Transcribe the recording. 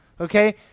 okay